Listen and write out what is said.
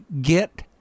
get